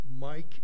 Mike